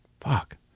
fuck